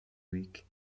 week